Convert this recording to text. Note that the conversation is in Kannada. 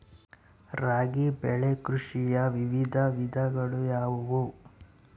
ರಾಬಿ ಬೆಳೆ ಕೃಷಿಯ ವಿವಿಧ ವಿಧಗಳು ಯಾವುವು?